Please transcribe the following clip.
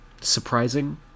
surprising